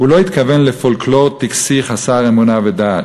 הוא לא התכוון לפולקלור טקסי חסר אמונה ודעת,